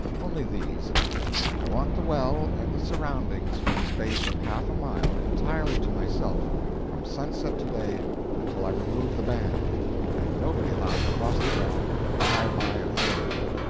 only these i want the well and the surroundings for the space of half a mile, entirely to myself from sunset to-day until i remove the ban and nobody allowed to cross the ground but by my authority.